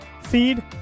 feed